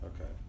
Okay